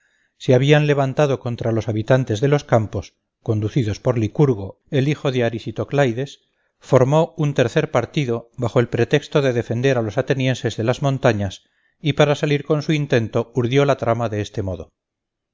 se habían levantado contra los habitantes de los campos conducidos por licurgo el hijo de arisitoclaides formó un tercer partido bajo el pretexto de defender a los atenienses de las montañas y para salir con su intento urdió la trama de este modo